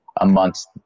amongst